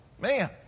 Man